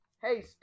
Hey